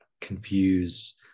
confuse